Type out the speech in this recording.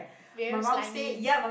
very slimy